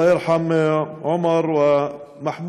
אללה ירחם על עומר ומחמוד